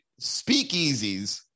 speakeasies